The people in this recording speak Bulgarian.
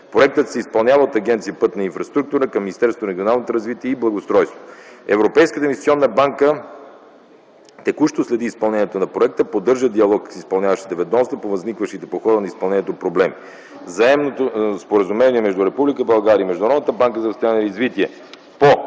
Проектът се изпълнява от Агенция „Пътна инфраструктура” към Министерството на регионалното развитие и благоустройството. Европейската инвестиционна банка текущо следи изпълнението на проекта, поддържа диалог с изпълняващите ведомства по възникващите по хода на изпълнението проблеми. Заемното споразумение между Република България и Международната банка за възстановяване и развитие